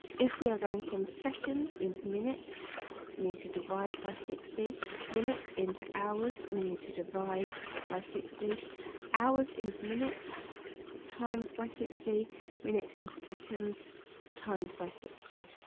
if we are going from seconds into minutes we need to divide by sixty minutes into hours we need to divide by sixty hours into minutes times by sixty minutes in seconds times by sixty